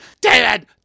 David